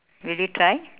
really try